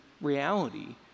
reality